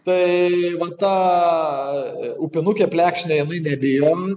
tai va ta upinukė plekšnė jinai nebijo